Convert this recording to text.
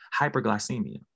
hyperglycemia